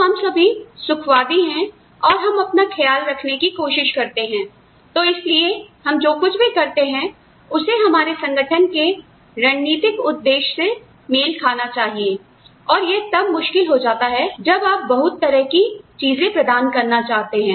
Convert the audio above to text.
तो हम सभी सुखवादी हैं और हम अपना ख्याल रखने की कोशिश करते हैं तो इसलिए हम जो कुछ भी करते हैं उसे हमारे संगठन के रणनीतिक उद्देश्य से मेल खाना चाहिए और यह तब मुश्किल हो जाता है जब आप बहुत तरह की चीजें प्रदान करना चाहते हैं